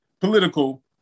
political